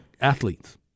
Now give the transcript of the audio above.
athletes